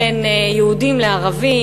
בין יהודים לערבים,